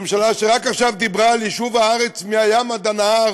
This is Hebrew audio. ממשלה שרק עכשיו דיברה על יישוב הארץ מהים ועד הנהר